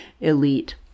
elite